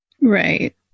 Right